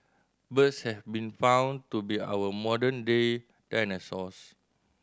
birds have been found to be our modern day dinosaurs